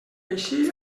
així